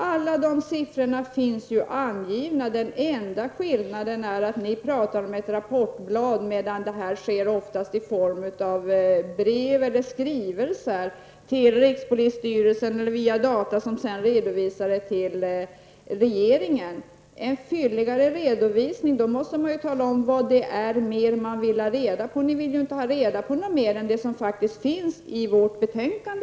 Allt detta finns angivet, och den enda skillnaden är att ni pratar om ett rapportblad medan redovisningen oftast sker i form av brev eller skrivelser till rikspolisstyrelsen eller via data som sedan redovisas för regeringen. ''En fylligare redovisning''. Då måste ni ju tala om vad mer ni vill ha reda på. Ni vill ju inte ha reda på något mer än vad som redan finns i vårt betänkande!